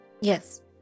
Yes